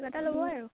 কিবা এটা ল'ব আৰু